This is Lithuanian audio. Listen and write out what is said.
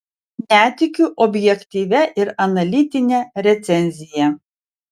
netikiu objektyvia ir analitine recenzija